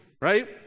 right